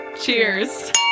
cheers